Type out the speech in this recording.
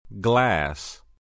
glass